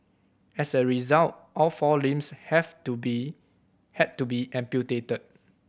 as a result all four limbs have to be had to be amputated